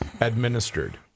administered